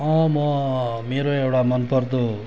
म मेरो एउटा मनपर्दो